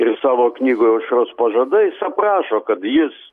ir jis savo knygoj aušros pažadai jis aprašo kad jis